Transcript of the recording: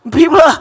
people